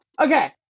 Okay